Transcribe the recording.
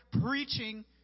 preaching